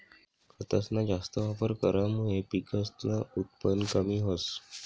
खतसना जास्त वापर करामुये पिकसनं उत्पन कमी व्हस